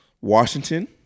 Washington